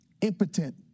impotent